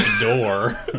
door